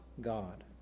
God